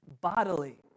bodily